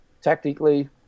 tactically